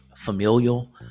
familial